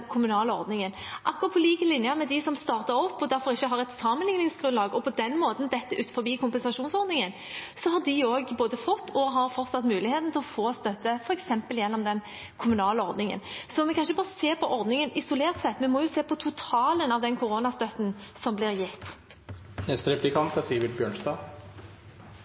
Akkurat på lik linje med dem som startet opp og derfor ikke har et sammenligningsgrunnlag, og på den måten detter utenfor kompensasjonsordningen, har også de både fått og har fortsatt muligheten til å få støtte, f.eks. gjennom den kommunale ordningen. Vi kan ikke bare se på ordningen isolert sett, vi må se på totalen av den koronastøtten som blir gitt. Det er